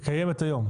היא קיימת היום.